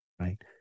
right